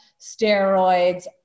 steroids